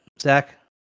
Zach